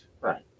Right